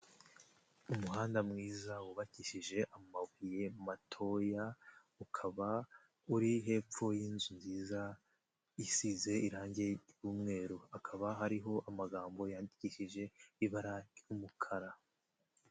Umuhanda mwiza wubakishije amabuye matoya ukaba uri hepfo y'inzu nziza isize irange ry'umweru, hakaba hariho amagambo yandikishije ibara ry'umukara.